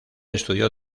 estudió